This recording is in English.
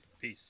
Peace